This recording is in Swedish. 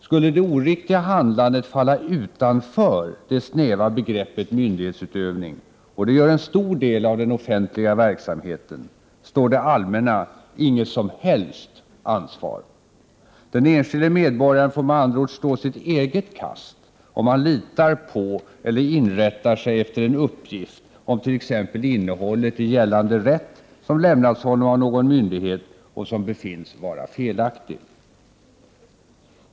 Skulle det oriktiga handlandet falla utanför det snäva begreppet myndighetsutövning — och det gör en stor del av den offentliga verksamheten — står det allmänna inget som helst ansvar. Den enskilde medborgaren får med andra ord stå sitt eget kast, om han litar på och inrättar sig efter en uppgift om t.ex. innehållet i gällande rätt som lämnats honom av någon myndighet och som befinns vara felaktig.